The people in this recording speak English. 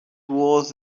was